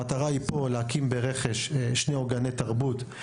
המטרה פה היא להקים ברכש שני עוגני תרבות.